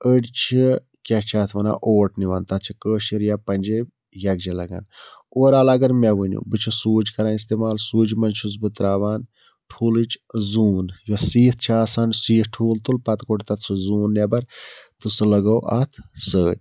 أڑۍ چھِ کیٛاہ چھِ اتھ وَنان اوٹ نِوان تَتھ چھِ کٲشِر یا پَنجٲبۍ یَکجاہ لَگان اُوَرآل اگر مےٚ ؤنِو بہٕ چھُس سوٗجۍ کَران استعمال سوٗجہِ مَنٛز چھُس بہٕ ترٛاوان ٹھوٗلٕچۍ ٲں زوٗن یۄس سیٖتھ چھِ آسان سیٖتھ ٹھوٗل تُل پَتہٕ کوٚڑ تَتھ سُہ زوٗن نیٚبَر تہٕ سُہ لَگوو اَتھ سۭتۍ